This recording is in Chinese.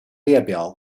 列表